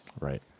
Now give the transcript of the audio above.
Right